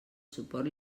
suport